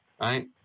right